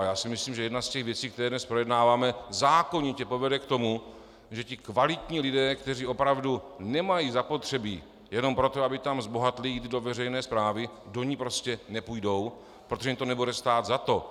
A já si myslím, že jedna z těch věcí, které dnes projednáváme, zákonitě povede k tomu, že ti kvalitní lidé, kteří opravdu nemají zapotřebí jenom proto, aby tam zbohatli, jít do veřejné správy, do ní prostě nepůjdou, protože jim to nebude stát za to.